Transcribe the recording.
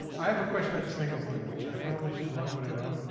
i have a question about the singles thing which i probably should know but i don't.